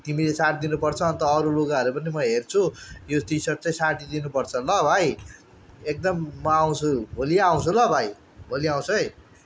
तिमीले साटिदिनु पर्छ अन्त अरू लुगाहरू पनि म हेर्छु यो टी सर्ट चाहिँ साटिदिनु पर्छ ल भाइ एकदम म आउँछु भोलि आउँछु ल भाइ भोलि आउँछु है